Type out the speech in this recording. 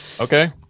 Okay